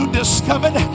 discovered